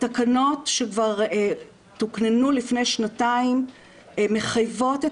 התקנות שכבר תוקננו לפני שנתיים מחייבות את